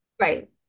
Right